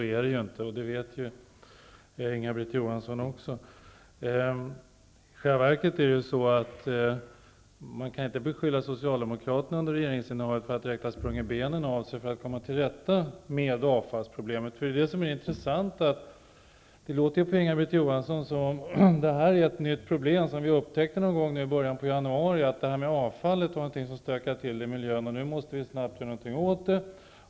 Så är det ju inte, och det vet I själva verket kan man knappast beskylla Socialdemokraterna för att direkt ha sprungit benen av sig under regeringsinnehavet för att komma till rätta med avfallsproblemen. Det låter på Inga-Britt Johansson som om detta är ett nytt problem, som vi upptäckte någon gång i början av januari, att avfallet stökar till det i miljön, och nu måste vi snabbt göra något åt det.